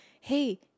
hey